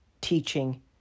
teaching